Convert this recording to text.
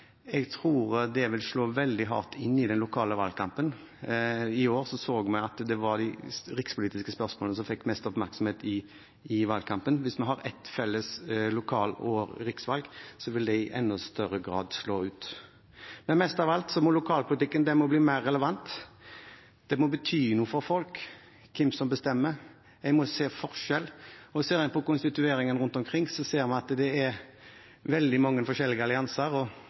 vil slå veldig hardt ut i den lokale valgkampen. I år så vi at det var de rikspolitiske spørsmålene som fikk mest oppmerksomhet i valgkampen. Hvis vi har ett felles lokal- og riksvalg, vil det slå ut i enda større grad. Men mest av alt må lokalpolitikken bli mer relevant. Det må bety noe for folk hvem som bestemmer, en må se forskjell. Og ser en på konstitueringen rundt omkring, ser vi at det er veldig mange forskjellige allianser, og